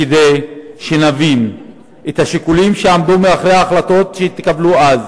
כדי שנבין את השיקולים שעמדו מאחורי ההחלטות שהתקבלו אז.